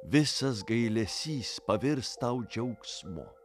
visas gailesys pavirs tau džiaugsmu